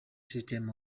systems